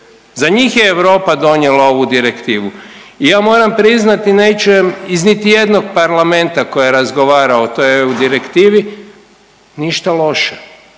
Za njih je Europa donijela ovu direktivu. I ja moram priznati ne čujem niti iz jednog parlamenta koji je razgovarao o toj EU direktivi ništa loše.